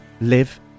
live